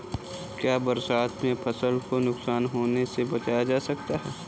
क्या बरसात में फसल को नुकसान होने से बचाया जा सकता है?